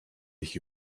ich